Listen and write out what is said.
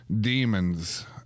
demons